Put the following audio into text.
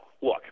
look